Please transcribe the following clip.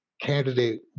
candidate